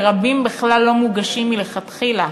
ורבים בכלל לא מוגשים מלכתחילה.